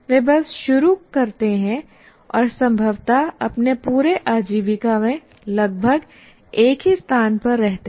वे बस शुरू करते हैं और संभवतः अपने पूरे आजीविका में लगभग एक ही स्थान पर रहते हैं